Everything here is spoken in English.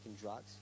drugs